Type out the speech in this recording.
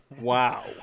Wow